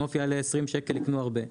אם עוף יעלה 20 שקלים יקנו הרבה.